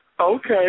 Okay